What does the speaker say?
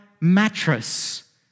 mattress